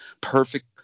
perfect